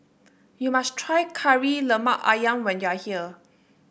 you must try Kari Lemak ayam when you are here